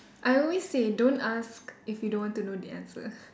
I always say don't ask if you don't want to know the answer